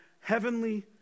heavenly